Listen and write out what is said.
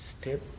Step